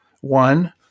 one